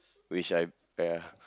which I uh ya